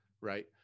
right